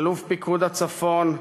אלוף פיקוד הצפון,